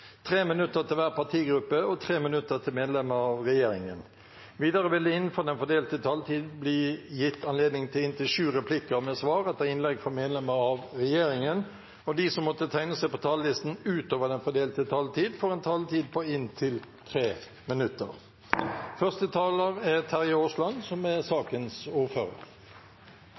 minutter til hver partigruppe og 3 minutter til medlemmer av regjeringen. Videre vil det – innenfor den fordelte taletid – bli gitt anledning til inntil sju replikker med svar etter innlegg fra medlemmer av regjeringen, og de som måtte tegne seg på talerlisten utover den fordelte taletid, får også en taletid på inntil 3 minutter. La meg aller først si at jeg er